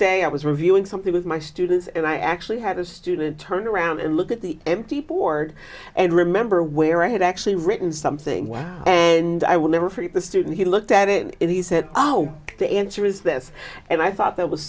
day i was reviewing something with my students and i actually had a student turn around and look at the empty board and remember where i had actually written something and i will never forget the student he looked at it he said oh the answer is this and i thought that was